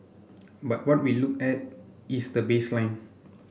but what we look at is the baseline